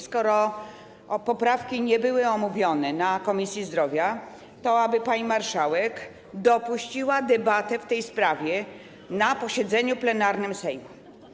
Skoro poprawki nie zostały omówione na posiedzeniu Komisji Zdrowia, proszę, aby pani marszałek dopuściła debatę w tej sprawie na posiedzeniu plenarnym Sejmu.